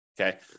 okay